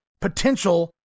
potential